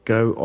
go